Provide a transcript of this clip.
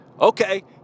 Okay